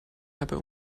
dabei